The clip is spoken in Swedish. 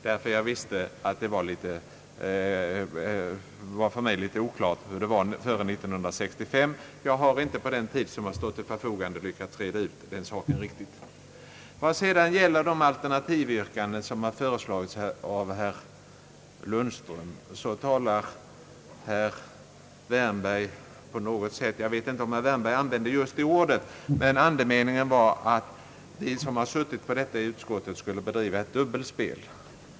Det är för mig oklart vad som gällt före 1965; jag har inte på den tid som stått till förfogande lyckats reda ut den saken riktigt. Vad sedan gäller herr Lundströms alternativyrkanden så var andemeningen i herr Wärnbergs erinringar att de som suttit på ärendet i utskottet skulle bedriva ett dubbelspel; jag vet inte om han använde just detta ord.